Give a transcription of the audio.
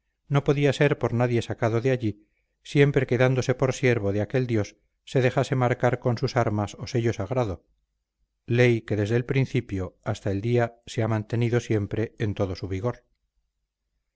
no podía ser por nadie sacado de allí siempre que dándose por siervo de aquel dios se dejase marcar con sus armas o sello sagrado ley que desde el principio hasta el día se ha mantenido siempre en todo su vigor